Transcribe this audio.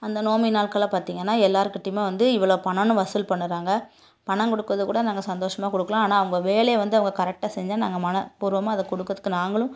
அந்த நோம்பி நாட்களில் பார்த்தீங்கனா எல்லாருக்கிட்டயுமே வந்து இவ்வளோ பணம்னு வசூல் பண்றாங்க பணம் கொடுக்குறத கூட சந்தோஷமாக கொடுக்கலாம் ஆனால் அவங்க வேலையை வந்து அவங்க கரெக்டாக செஞ்சால் நாங்கள் மனபூர்வமாக அதை கொடுக்குறத்துக்கு நாங்களும்